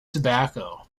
tobacco